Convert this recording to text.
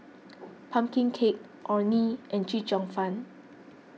Pumpkin Cake Orh Nee and Chee Cheong Fun